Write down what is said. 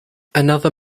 another